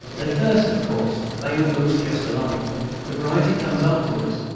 at first, of course, they all looked just alike the variety comes afterwards,